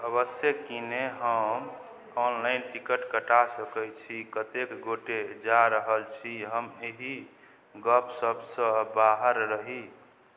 अवश्ये कि ने हम ऑनलाइन टिकट कटा सकै छी कतेक गोटै जा रहल छी हम एहि गपशपसँ बाहर रही